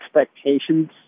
expectations